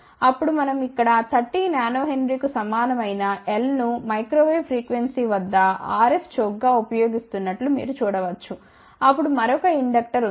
అప్పుడు మనం ఇక్కడ 30 nH కు సమానమైన L ను మైక్రో వేవ్ ఫ్రీక్వెన్సీ వద్ద RF చోక్గా ఉపయోగిస్తున్నట్లు మీరు చూడ వచ్చు అప్పుడు మరొక ఇండక్టర్ ఉంది